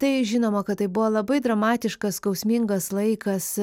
tai žinoma kad tai buvo labai dramatiškas skausmingas laikas